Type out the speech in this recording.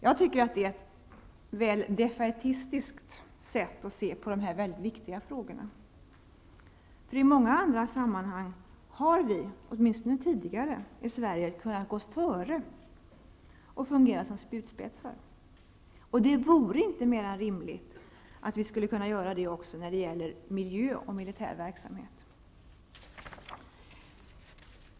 Jag tycker att det är ett väl defaitistiskt sätt att se på de här viktiga frågorna. I många andra sammanhang har vi i Sverige, åtminstone tidigare, kunnat gå före och fungera som spjutspetsar. Det vore inte mer än rimligt att vi kunde göra det också när det gäller miljö och militär verksamhet.